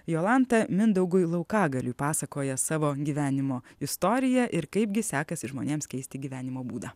jolanta mindaugui laukagaliui pasakoja savo gyvenimo istoriją ir kaipgi sekasi žmonėms keisti gyvenimo būdą